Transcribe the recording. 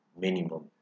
minimum